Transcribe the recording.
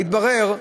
התברר שמי,